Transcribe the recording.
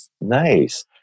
Nice